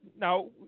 now